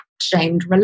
shamed